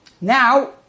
Now